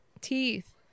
teeth